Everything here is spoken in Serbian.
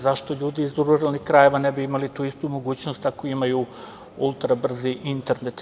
Zašto ljudi iz ruralnih krajeva ne bi imali istu tu mogućnost ako imaju ultra brzi internet.